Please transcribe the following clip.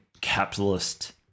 capitalist